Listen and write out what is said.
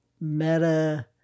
meta